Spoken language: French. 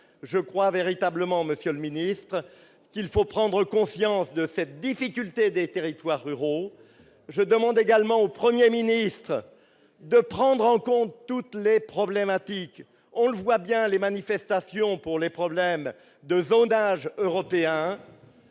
je crois véritablement, monsieur le ministre, qu'il faut prendre conscience de cette difficulté des territoires ruraux, je demande également au 1er ministre de prendre en compte toutes les problématiques, on le voit bien les manifestations pour les problèmes de zonage européen.